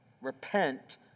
repent